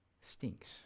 stinks